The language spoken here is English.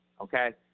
okay